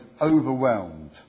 overwhelmed